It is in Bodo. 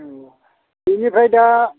औ बेनिफ्राय दा